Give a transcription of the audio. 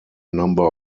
number